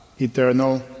eternal